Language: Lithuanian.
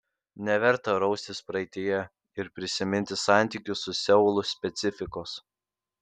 neverta raustis praeityje ir prisiminti santykių su seulu specifikos